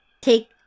take